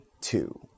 two